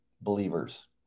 believers